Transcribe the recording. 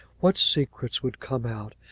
what secrets would come out,